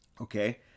Okay